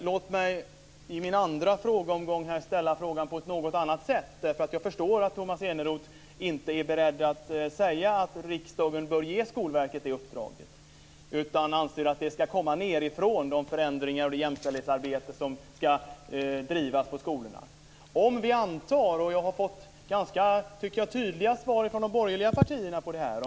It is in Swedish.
Låt mig i min andra frågeomgång ställa frågan på ett något annorlunda sätt. Jag förstår ju att Tomas Eneroth inte är beredd att säga att riksdagen bör ge Skolverket det uppdraget. Han anser att de förändringar som ska ske och det jämställdhetsarbete som ska bedrivas på skolorna ska komma nedifrån. Jag tycker att jag har fått ganska tydliga svar från de borgerliga partierna om detta.